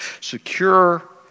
secure